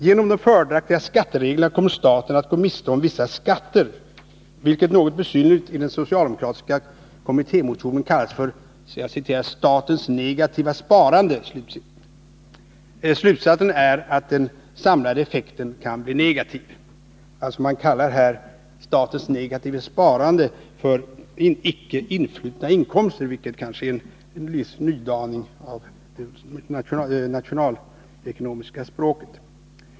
Genom de fördelaktiga skattereglerna kommer staten att gå miste om vissa skatter, vilket något besynnerligt i den socialdemokratiska kommittémotionen kallas för ”statens negativa sparande”. Slutsatsen är att den samlade effekten kan bli negativ. Socialdemokraterna kallar alltså icke influtna inkomster för statens negativa sparande, vilket kanske är en viss nydaning av det nationalekonomiska språket.